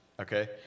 okay